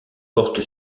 porte